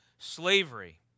slavery